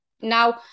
Now